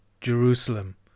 Jerusalem